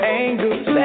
angles